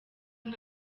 nka